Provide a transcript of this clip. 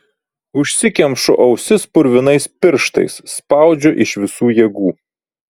užsikemšu ausis purvinais pirštais spaudžiu iš visų jėgų